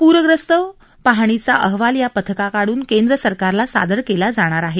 पूरग्रस्त पाहणीचा अहवाल या पथकाकड्रन केंद्र सरकारला सादर केला जाणार आहे